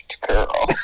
Girl